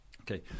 Okay